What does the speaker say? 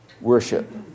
worship